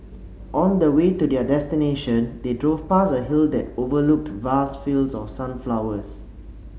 on the way to their destination they drove past a hill that overlooked vast fields of sunflowers